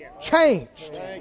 changed